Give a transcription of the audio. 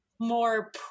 more